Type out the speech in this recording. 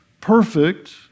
Perfect